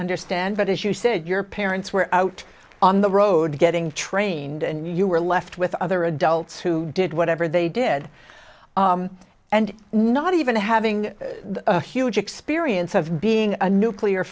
understand but as you said your parents were out on the road getting trained and you were left with other adults who did whatever they did and not even having a huge experience of being a nuclear